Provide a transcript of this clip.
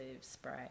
spray